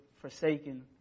forsaken